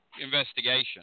investigation